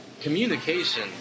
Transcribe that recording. Communication